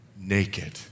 naked